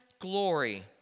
glory